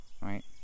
Right